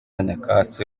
nyakatsi